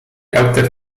autor